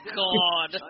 god